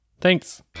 Thanks